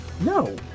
No